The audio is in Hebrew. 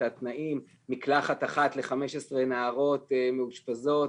התנאים: מקלחת אחת ל-15 נערות מאושפזות,